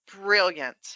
Brilliant